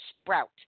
Sprout